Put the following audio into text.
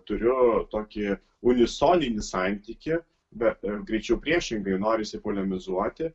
turiu tokį unisoninį santykį bet greičiau priešingai norisi polemizuoti